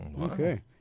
okay